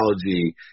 technology